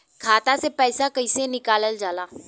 खाता से पैसा कइसे निकालल जाला?